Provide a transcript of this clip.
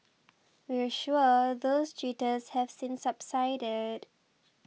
we're sure those jitters have since subsided